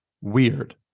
weird